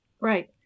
Right